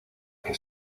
que